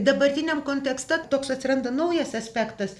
dabartiniam kontekste toks atsiranda naujas aspektas